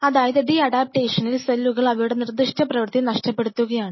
അതായതു ഡി അഡാപ്റ്റേഷനിൽ സെല്ലുകൾ അവയുടെ നിർദിഷ്ട പ്രവൃത്തി നഷ്ടപെടുത്തുകയാണ്